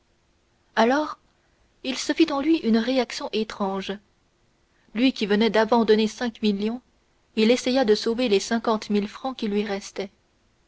alors il se fit en lui une réaction étrange lui qui venait d'abandonner cinq millions il essaya de sauver les cinquante mille francs qui lui restaient